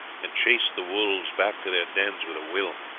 and chased the wolves back to their dens with a will.